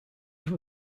eve